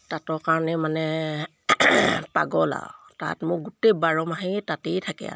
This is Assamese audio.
তাঁতৰ কাৰণে মানে পাগল আৰু তাঁত মোৰ গোটেই বাৰ মাহেই তাঁতেই থাকে আৰু